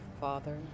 Father